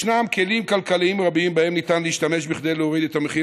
ישנם כלים כלכליים רבים שבהם ניתן להשתמש כדי להוריד את המחיר